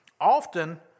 often